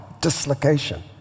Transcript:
dislocation